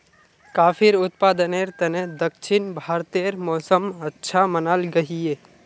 काफिर उत्पादनेर तने दक्षिण भारतेर मौसम अच्छा मनाल गहिये